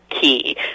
key